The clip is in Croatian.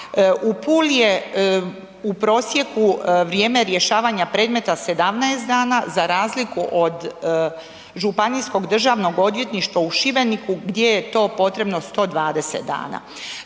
U Puli je u prosjeku vrijeme rješavanja predmeta 17 dana za razliku od Županijskog državnog odvjetništva u Šibeniku gdje je to potrebno 120 dana.